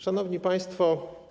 Szanowni Państwo!